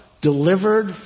Delivered